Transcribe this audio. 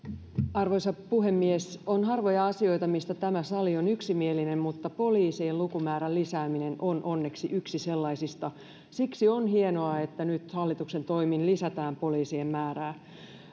arvoisa puhemies on harvoja asioita mistä tämä sali on yksimielinen mutta poliisien lukumäärän lisääminen on onneksi yksi sellaisista siksi on hienoa että nyt hallituksen toimin lisätään poliisien määrää